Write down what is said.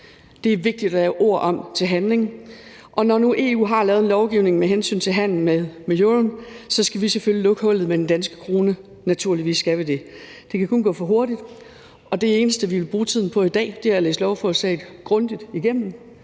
Det er vigtigt, at lave ord om til handling, og når nu EU har lavet en lovgivning med hensyn til handel med euroen, så skal vi selvfølgelig lukket hullet med den danske krone, naturligvis skal vi det. Det kan kun gå for langsomt, og det eneste, vi vil bruge tiden på i dag, er at læse lovforslaget grundigt igennem,